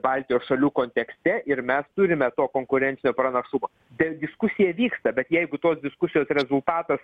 baltijos šalių kontekste ir mes turime to konkurencinio pranašumo bet diskusija vyksta bet jeigu tos diskusijos rezultatas